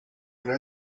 una